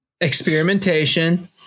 Experimentation